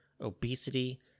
obesity